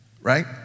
right